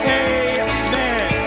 amen